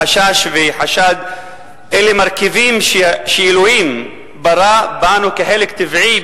חשש וחשד הם מרכיבים שאלוהים ברא בנו כחלק טבעי,